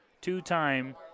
two-time